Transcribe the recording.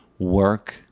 Work